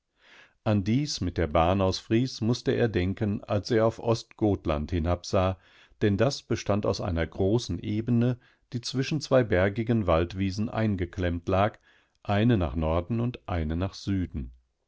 an dies mit der bahn aus fries mußte er denken als er auf ostgotland hinabsah denn das bestand aus einer großen ebene die zwischen zwei bergigen waldwiesen eingeklemmt lag eine nach norden und eine nach süden